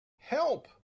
help